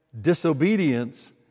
disobedience